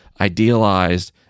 idealized